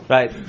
Right